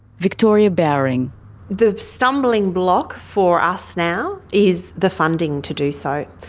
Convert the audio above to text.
victoria bowring the stumbling block for us now is the funding to do so.